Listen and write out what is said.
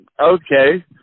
Okay